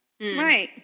Right